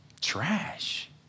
trash